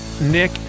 Nick